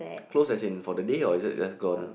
close as in for the day or is it just gone